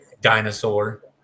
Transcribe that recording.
Dinosaur